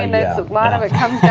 and a lot of it